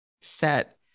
set